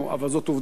אבל זאת עובדה,